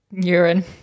urine